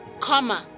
comma